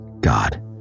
God